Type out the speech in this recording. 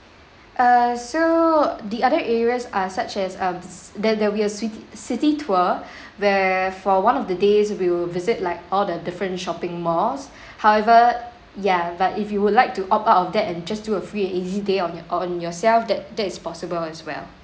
uh so the other areas are such as um c~ there there'll be a city tour where for one of the days we will visit like all the different shopping malls however ya but if you would like to opt out of that and just do a free and easy day on your on yourself that that is possible as well